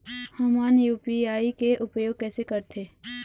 हमन यू.पी.आई के उपयोग कैसे करथें?